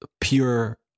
pure